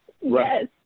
Yes